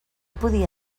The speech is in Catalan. podia